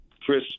Chris